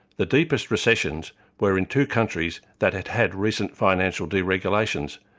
the deepest recessions were in two countries that had had recent financial deregulations,